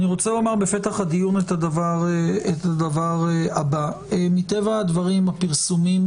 אני רוצה לומר בפתח הדיון שמטבע הדברים הפרסומים